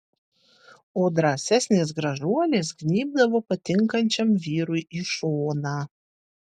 o drąsesnės gražuolės gnybdavo patinkančiam vyrui į šoną